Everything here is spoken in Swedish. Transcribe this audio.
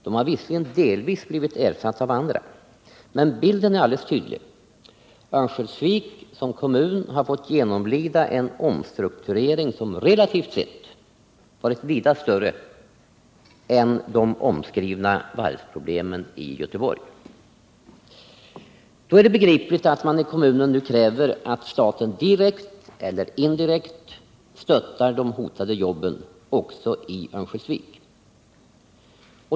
De har visserligen delvis blivit ersatta av andra, men bilden är alldeles tydlig: Örnsköldsvik som kommun har fått genomlida en omstrukturering som relativt sett varit vida större än de omskrivna varvsproblemen i Göteborg. Då är det begripligt att man i kommunen kräver att staten direkt eller indirekt stöttar de hotade jobben också i Örnsköldsvik.